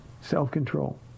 Self-control